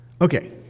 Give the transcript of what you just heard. Okay